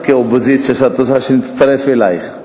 כאופוזיציה, שאת רוצה שנצטרף אלייך.